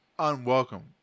unwelcome